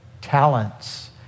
talents